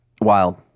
Wild